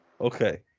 Okay